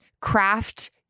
craft